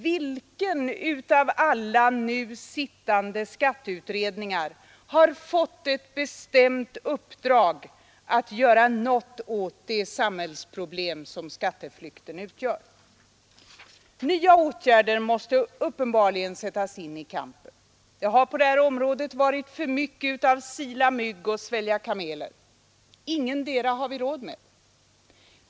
Vilka av alla nu sittande skatteutredningar har fått ett bestämt uppdrag att göra något åt det samhällsproblem som skatteflykten utgör? Nya åtgärder måste uppenbarligen sättas in i kampen. Det har på det här området varit för mycket av att sila mygg och svälja kameler. Intetdera har vi råd med!